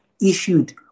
issued